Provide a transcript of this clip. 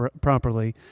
properly